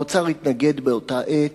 האוצר התנגד באותה העת,